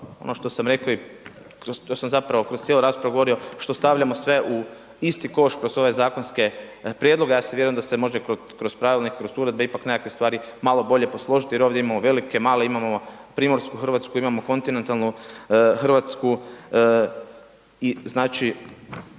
ono što sam reko, to sam zapravo kroz cijelu raspravu govorio što stavljamo sve u isti koš kroz ove zakonske prijedloge, ja vjerujem da se može kroz pravilnik, kroz uredbe ipak nekakve stvari malo bolje posložiti jer ovdje imamo velike, male, imamo Primorsku Hrvatsku imamo Kontinentalnu Hrvatsku i znači